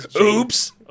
Oops